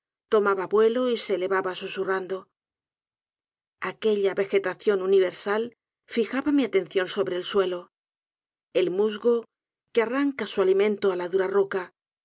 tomaba vuelo y se elevaba susurrando aquella vejetacion universal fijaba mi atención sobre el suelo el musgo que arranca su alimento á la dura roca